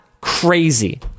Crazy